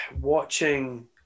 watching